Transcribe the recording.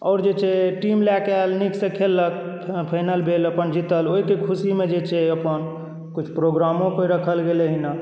आओर जे छै टीम लऽ कऽ आएल नीकसँ खेललक फाइनल भेल अपन जितल ओहिके खुशीमे जे छै अपन किछु प्रोग्रामो राखल गेल एहिना